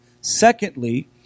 secondly